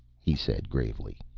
he said gravely,